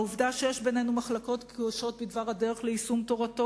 העובדה שיש בינינו מחלוקות קשות בדבר הדרך ליישום תורתו,